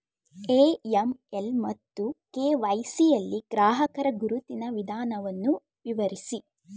AML ಮತ್ತು K Y C ಯಲ್ಲಿ ಗ್ರಾಹಕರ ಗುರುತಿನ ವಿಧಾನವನ್ನು ವಿವರಿಸಿ?